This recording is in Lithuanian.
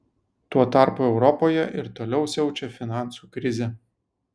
tuo tarpu europoje ir toliau siaučia finansų krizė